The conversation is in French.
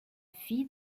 fille